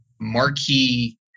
marquee